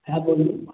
হ্যাঁ বলুন